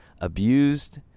abused